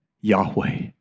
Yahweh